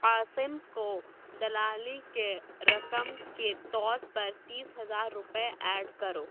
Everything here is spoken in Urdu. قاسم کو دلالی کے رقم کے طور پر تیس ہزار روپے ایڈ کرو